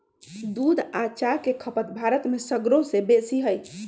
दूध आ चाह के खपत भारत में सगरो से बेशी हइ